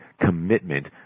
Commitment